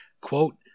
quote